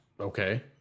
Okay